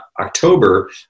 October